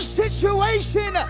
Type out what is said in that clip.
situation